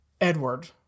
Edward